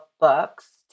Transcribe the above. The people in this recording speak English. books